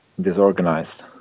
disorganized